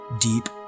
deep